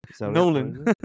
Nolan